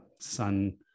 sun